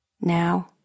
Now